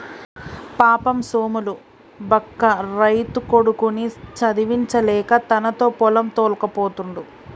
పాపం సోములు బక్క రైతు కొడుకుని చదివించలేక తనతో పొలం తోల్కపోతుండు